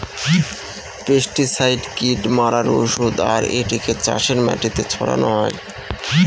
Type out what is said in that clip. pesticide কীট মারার ঔষধ আর এটিকে চাষের মাটিতে ছড়ানো হয়